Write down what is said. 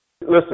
Listen